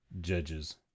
judges